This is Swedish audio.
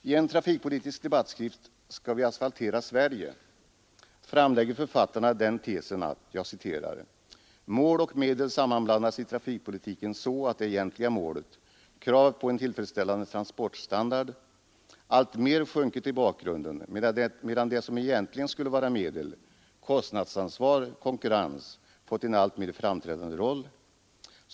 I en trafikpolitisk debattskrift, Skall vi asfaltera Sverige?, framlägger författarna följande tes: ”Mål och medel sammanblandas i trafikpolitiken så att det egentliga målet — kravet på en tillfredsställande transportstandard — alltmer sjunkit i bakgrunden medan det som egentligen skulle vara medel — kostnadsansvar, konkurrens — fått en alltmer framträdande roll.